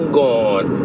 gone